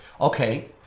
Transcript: Okay